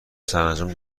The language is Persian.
سرانجام